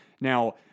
Now